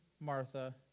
Martha